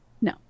No